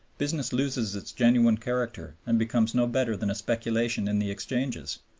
business loses its genuine character and becomes no better than a speculation in the exchanges,